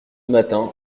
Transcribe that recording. matin